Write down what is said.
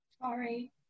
Sorry